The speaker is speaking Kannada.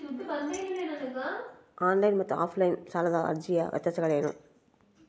ಆನ್ ಲೈನ್ ಮತ್ತು ಆಫ್ ಲೈನ್ ಸಾಲದ ಅರ್ಜಿಯ ವ್ಯತ್ಯಾಸಗಳೇನು?